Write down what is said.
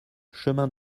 chemin